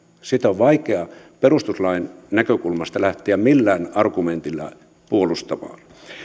sitä on vaikea perustuslain näkökulmasta lähteä millään argumentilla puolustamaan